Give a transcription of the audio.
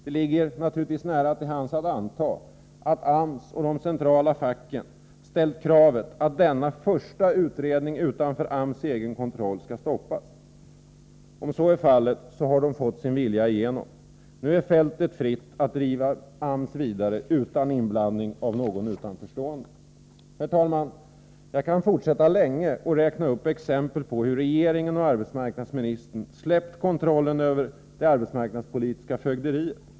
Det ligger naturligtvis nära till hands att anta att AMS och de centrala facken ställt kravet att denna första utredning utanför AMS kontroll skall stoppas. Om så är fallet, har de fått sin vilja igenom. Nu är fältet fritt för att driva AMS utan inblandning av någon utanförstående. Herr talman! Jag kan fortsätta länge och räkna upp exempel på hur regeringen och arbetsmarknadsministern släppt kontrollen över det arbetsmarknadspolitiska fögderiet.